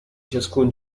ciascun